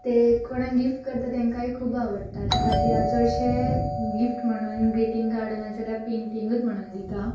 ते कोणाक गिफ्ट करता तेंकांय खूब आवडटा त्या खातीर हांव चडशे गिफ्ट म्हणून ग्रिटींग कार्डनास जाल्या पेंटींगूत म्हणून दिता